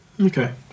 okay